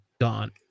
gone